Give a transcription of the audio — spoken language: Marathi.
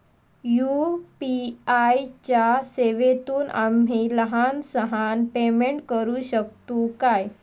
यू.पी.आय च्या सेवेतून आम्ही लहान सहान पेमेंट करू शकतू काय?